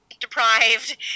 deprived